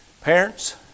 Parents